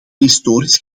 historisch